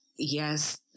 Yes